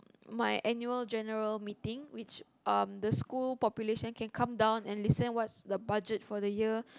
my annual general meeting which um the school population can come down and listen what's the budget for the year